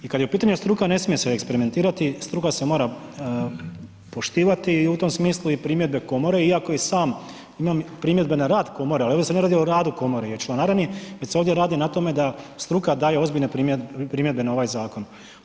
I kad je u pitanju struka, ne smije se eksperimentirati, struka se mora poštivati i u tom smislu i primjedbe komore iako i sam imam primjedbe na rad komore ali ovdje se ne radi o radu komore i o članarini već se ovdje radi na tome da struka daje ozbiljne primjedbe na ovaj zakon.